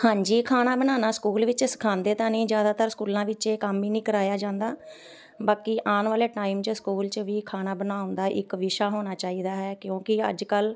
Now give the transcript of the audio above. ਹਾਂਜੀ ਖਾਣਾ ਬਣਾਉਣਾ ਸਕੂਲ ਵਿੱਚ ਸਿਖਾਉਂਦੇ ਤਾਂ ਨਹੀਂ ਜ਼ਿਆਦਾਤਰ ਸਕੂਲਾਂ ਵਿੱਚ ਇਹ ਕੰਮ ਹੀ ਨਹੀਂ ਕਰਾਇਆ ਜਾਂਦਾ ਬਾਕੀ ਆਉਣ ਵਾਲੇ ਟਾਈਮ 'ਚ ਸਕੂਲ 'ਚ ਵੀ ਖਾਣਾ ਬਣਾਉਣ ਦਾ ਇੱਕ ਵਿਸ਼ਾ ਹੋਣਾ ਚਾਹੀਦਾ ਹੈ ਕਿਉਂਕਿ ਅੱਜ ਕੱਲ੍ਹ